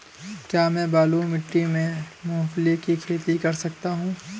क्या मैं बालू मिट्टी में मूंगफली की खेती कर सकता हूँ?